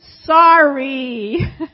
sorry